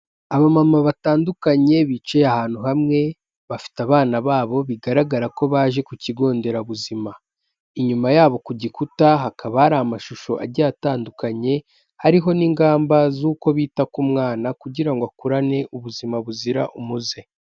abamama batandukanye bicaye ahantu hamwe bafite abana babo bigaragara ko baje ku kigo nderabuzima, inyuma yabo ku gikuta hakaba hari amashusho agiye atandukanye hariho n'ingamba z'uko bita ku mwana kugira ngo akurane ubuzima buzira umuze.